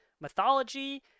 mythology